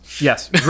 Yes